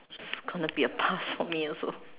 gonna be a pass from me also